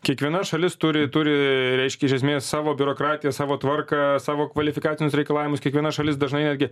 kiekviena šalis turi turi reiškia iš esmės savo biurokratiją savo tvarką savo kvalifikacinius reikalavimus kiekviena šalis dažnai netgi